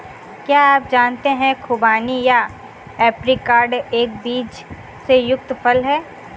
क्या आप जानते है खुबानी या ऐप्रिकॉट एक बीज से युक्त फल है?